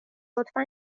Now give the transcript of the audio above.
لطفا